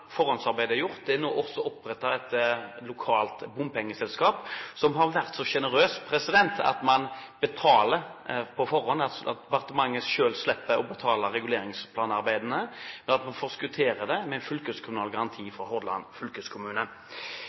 er alt forhåndsarbeidet gjort. Det er nå også opprettet et lokalt bompengeselskap som har vært så sjenerøst at de betaler på forhånd, slik at departementet selv slipper å betale reguleringsplanarbeidene. Man forskutterer det med fylkeskommunal garanti fra Hordaland fylkeskommune.